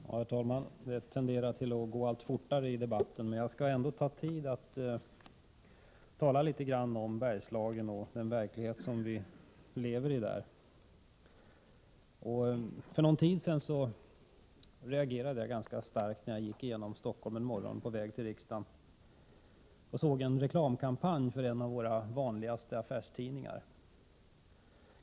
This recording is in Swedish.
Herr talman! Det tenderar till att gå allt fortare i debatten, men jag skall ändå ta mig tid att tala litet grand om Bergslagen och den verklighet som vi lever i där. För någon tid sedan reagerade jag ganska starkt när jag gick genom Stockholm en morgon på väg till riksdagen och såg en reklamkampanj för en av våra vanligaste affärstidningar.